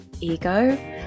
ego